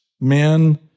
men